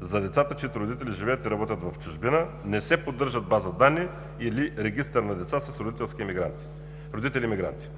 За децата, чиито родители живеят и работят в чужбина, не се поддържа база данни или регистър на деца с родители емигранти.